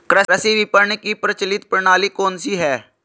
कृषि विपणन की प्रचलित प्रणाली कौन सी है?